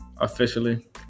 Officially